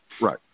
right